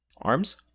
Arms